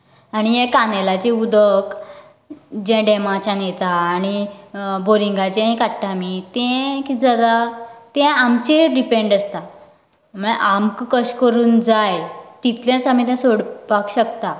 आनी हे कानेलाचे उदक जे डेमाच्यान येता आनी बोरींगाचेय काडटा आमी तें कित जाता तें आमचेर डिपेंन्ड आसता म्हळ्यार आमकां कशें करून जाय तितलेंच आमी सोडपाक शकता